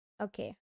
Okay